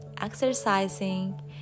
exercising